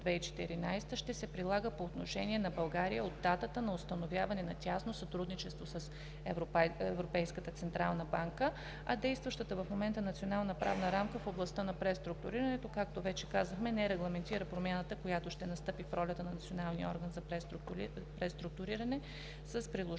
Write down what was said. ще се прилага по отношение на България от датата на установяване на тясно сътрудничество с Европейската централна банка, а действащата в момента Национална правна рамка в областта на преструктурирането, както вече казахме, не регламентира промяната, която ще настъпи в ролята на Националния орган за преструктуриране с приложението